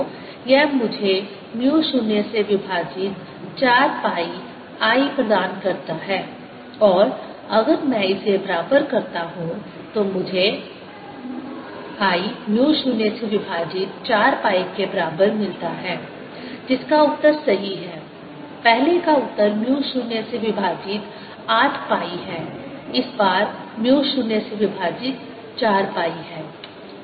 तो यह मुझे म्यू 0 से विभाजित 4 पाई I प्रदान करता है और अगर मैं इसे बराबर करता हूं तो मुझे l म्यू 0 से विभाजित 4 पाई के बराबर मिलता है जिसका उत्तर सही है पहले का उत्तर म्यू 0 से विभाजित 8 पाई है इस बार म्यू 0 से विभाजित 4 पाई है